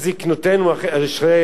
אשרי